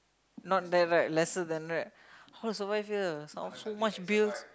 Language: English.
not that right lesser than right how to survive here some so much bills